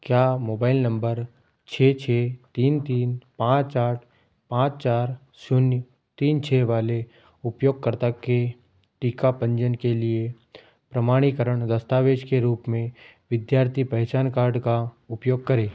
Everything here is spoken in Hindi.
क्या मोबाइल नम्बर छः छः तीन तीन पाँच आठ पाँच चार शून्य तीन छः वाले उपयोगकर्ता के टीका पंजीयण के लिए प्रमाणीकरण दस्तावेज़ के रूप में विद्यार्थी पहचान कार्ड का उपयोग करें